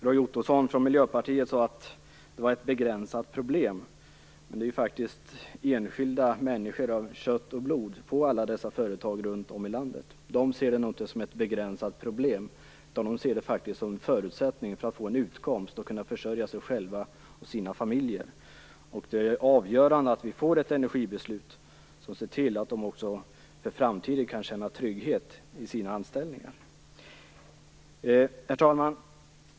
Roy Ottosson från Miljöpartiet sade att det var ett begränsat problem, men det handlar faktiskt om enskilda människor av kött och blod på alla dessa företag runt om i landet. De ser det nog inte som ett begränsat problem utan som en förutsättning för att få en utkomst och kunna försörja sig och sina familjer. Det är avgörande att vi får ett energibeslut som ser till att de också kan känna trygghet i sina anställningar inför framtiden. Herr talman!